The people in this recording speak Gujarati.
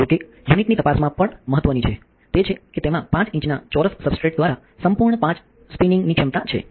જો કે યુનિટની તપાસમાં પણ મહત્ત્વની છે તે છે કે તેમાં 5 ઇંચના ચોરસ સબસ્ટ્રેટ દ્વારા સંપૂર્ણ 5 ઇંચ સ્પિનિંગની ક્ષમતા છે